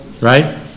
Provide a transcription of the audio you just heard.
right